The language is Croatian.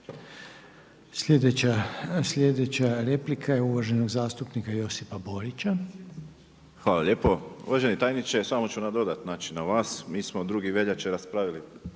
zastupnika je uvaženog zastupnika Josipa Borića. **Borić, Josip (HDZ)** Hvala lijepo. Uvaženi tajniče, samo ću nadodati na vas. Mi smo 2. veljače raspravili